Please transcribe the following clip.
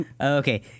Okay